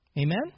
Amen